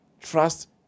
trust